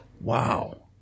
Wow